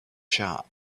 shop